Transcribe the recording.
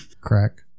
Crack